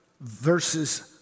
verses